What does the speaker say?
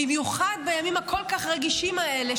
במיוחד בימים הכל-כך רגישים האלה,